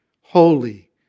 holy